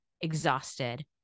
exhausted